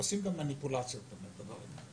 עושים מניפולציות בדבר הזה.